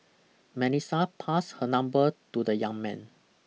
Melissa passed her number to the young man